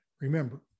Remember